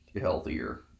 healthier